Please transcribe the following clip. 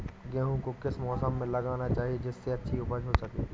गेहूँ को किस मौसम में लगाना चाहिए जिससे अच्छी उपज हो सके?